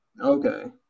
Okay